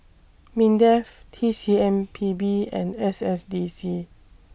Mindef T C M P B and S S D C